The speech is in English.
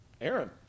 Aaron